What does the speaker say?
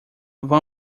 vão